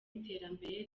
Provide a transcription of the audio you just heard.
iterambere